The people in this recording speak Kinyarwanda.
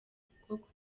kuko